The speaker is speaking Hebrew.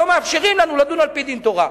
שלא מאפשרים לנו לדון על-פי דין תורה.